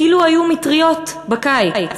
כאילו היו מטריות בקיץ.